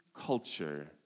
culture